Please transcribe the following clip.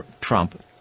Trump